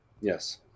Yes